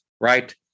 right